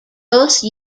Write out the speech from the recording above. those